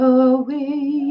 away